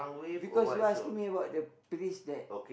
because you're asking me about the trees there